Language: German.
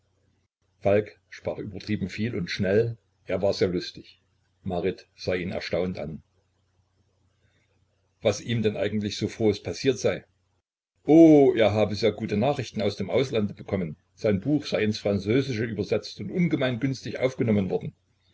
falk sprach übertrieben viel und schnell er war sehr lustig marit sah ihn erstaunt an was ihm denn eigentlich so frohes passiert sei o er habe sehr gute nachrichten aus dem ausland bekommen sein buch sei ins französische übersetzt und ungemein günstig aufgenommen worden